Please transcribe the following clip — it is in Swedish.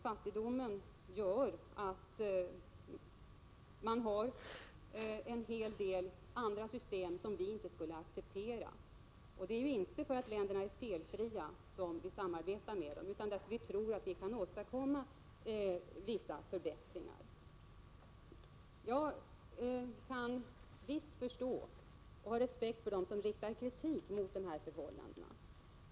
Fattigdomen gör att man har en hel del system som vi inte skulle acceptera. Det är inte för att länderna är felfria som vi samarbetar med dem, utan för att vi tror att vi kan åstadkomma vissa förbättringar. Jag kan visst förstå och ha respekt för dem som riktar kritik mot dessa förhållanden.